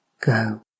go